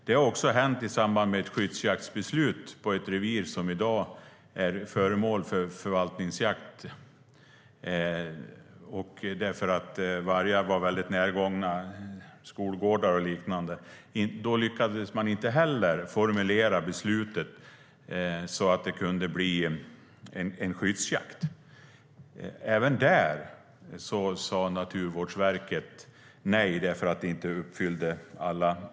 Det har också hänt i samband med ett skyddsjaktsbeslut på ett revir som i dag är föremål för förvaltningsjakt eftersom vargar var närgångna i närheten av skolgårdar och liknande. Inte heller då lyckades man formulera beslutet så att det kunde bli en skyddsjakt. Även där sa Naturvårdsverket nej eftersom alla statuter inte var uppfyllda.